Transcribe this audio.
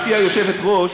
גברתי היושבת-ראש,